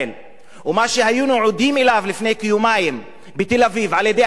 ומה שהיינו עדים לו לפני כיומיים בתל-אביב על-ידי המשטרה,